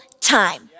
time